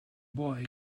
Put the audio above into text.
boy